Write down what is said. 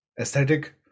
aesthetic